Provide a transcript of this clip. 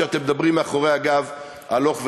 שאתם מדברים אתו מאחורי הגב הלוך ודבר.